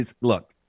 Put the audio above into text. Look